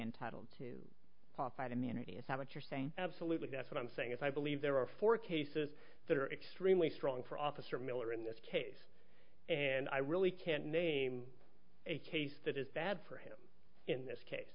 entitled to profit immunity if haven't you're saying absolutely that's what i'm saying is i believe there are four cases that are extremely strong for officer miller in this case and i really can't name a case that is bad for him in this